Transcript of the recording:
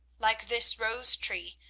like this rose tree,